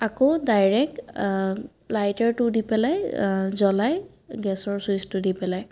আকৌ ডাইৰেক লাইটাৰটো দি পেলাই জ্বলাই গেছৰ চুইছটো দি পেলাই